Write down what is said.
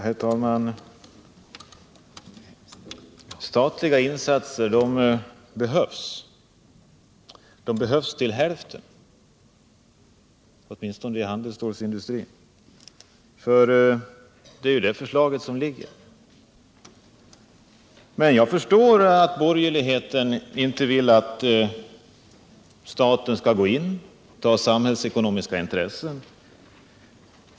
Herr talman! Statliga insatser behövs till hälften, åtminstone i handelsstålsindustrin. Det är ju också vad som nu föreslås. Men jag förstår att borgerligheten inte vill att staten skall ha samhällsekonomiska intressen.